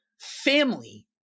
family